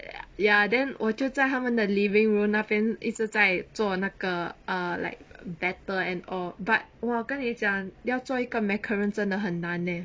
ya then 我就在他们的 living room 那边一直在做那个 err like butter and all but !wah! 我跟你讲要做一个 macarons 真的很难 leh